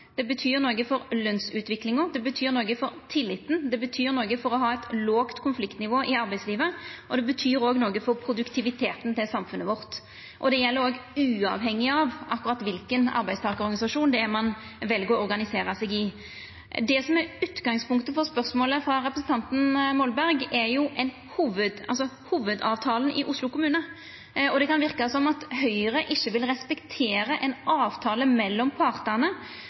det betyr noko for lønsutviklinga, det betyr noko for tilliten, det betyr noko for å ha eit lågt konfliktnivå i arbeidslivet, og det betyr òg noko for produktiviteten til samfunnet vårt. Og det gjeld uavhengig av akkurat kva for arbeidstakarorganisasjon ein vel å organisera seg i. Det som er utgangspunktet for spørsmålet frå representanten Molberg, er hovudavtalen i Oslo kommune, og det kan verka som at Høgre ikkje vil respektera ein avtale mellom partane.